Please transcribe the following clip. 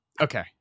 Okay